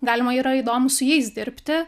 galima yra įdomu su jais dirbti